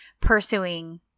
pursuing